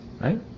Right